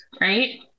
Right